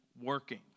working